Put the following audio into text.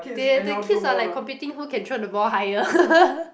they the kids are like competing who can throw the ball higher